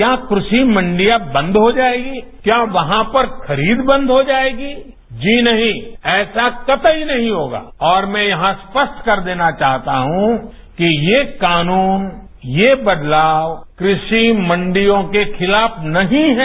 क्या कृषि मंडियां बंद हो जाएगी क्या वहां पर खरीद बंद हो जाएगी जी नहीं ऐसा कतई नहीं होगा और मैं यहां स्पष्ट कर देना चाहता हूं कि ये कानून ये बदलाव क्रषि मंडियों के खिलाफ नहीं है